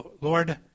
Lord